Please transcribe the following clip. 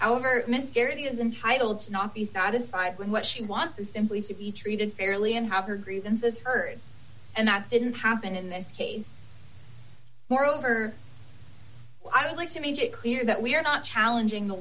however miscarriage is entitled to not be satisfied with what she wants to simply to be treated fairly and have her grievances heard and that didn't happen in this case moreover well i would like to make it clear that we are not challenging the